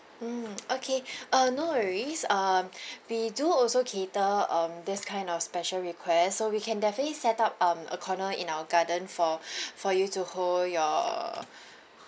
mm okay uh no worries um we do also cater um this kind of special request so we can definitely set up um a corner in our garden for for you to hold your